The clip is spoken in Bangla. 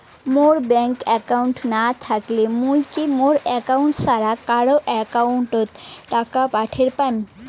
মোর ব্যাংক একাউন্ট না থাকিলে মুই কি মোর একাউন্ট ছাড়া কারো একাউন্ট অত টাকা পাঠের পাম?